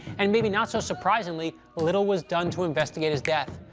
and maybe not so surprisingly, little was done to investigate his death.